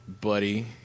buddy